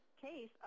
case